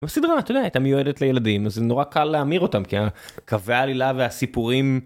הסידרה, אתה יודע, הייתה מיועדת לילדים, וזה נורא קל להמיר אותם כי קווי העלילה והסיפורים